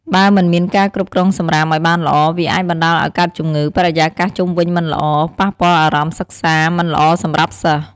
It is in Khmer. បើមិនមានការគ្រប់គ្រងសំរាមឲ្យបានល្អ វាអាចបណ្តាលឲ្យកើតជំងឺ បរិយាកាសជុំវិញមិនល្អ ប៉ះពាល់អារម្មណ៍សិក្សាមិនល្អសម្រាប់សិស្ស។